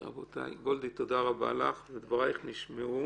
גולדי, תודה רבה לך, ודברייך נשמעו.